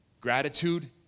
Gratitude